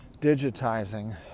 digitizing